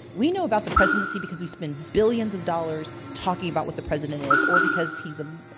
we know about the presidency because we spend billions of dollars talking about what the president is, or because he's a.